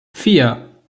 vier